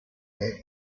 mate